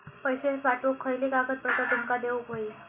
पैशे पाठवुक खयली कागदपत्रा तुमका देऊक व्हयी?